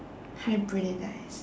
hybridise